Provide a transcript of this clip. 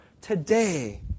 today